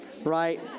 Right